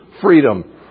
freedom